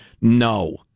no